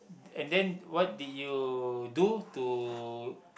and then what did you do to